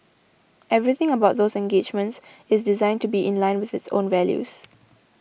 everything about those engagements is designed to be in line with its values